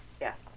yes